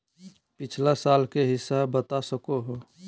पिछला साल के हिसाब बता सको हो?